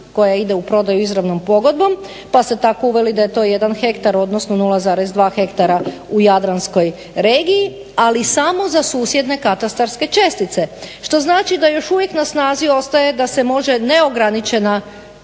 koja ide u prodaju izravnom pogodbom pa ste tako uveli da je to jedan hektar odnosno 0,2 ha u jadranskoj regiji ali samo za susjedne katastarske čestice. Što znači da još uvijek na snazi ostaje da se može neograničena